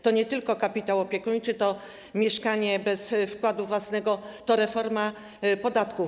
To nie tylko kapitał opiekuńczy, lecz także mieszkanie bez wkładu własnego i reforma podatków.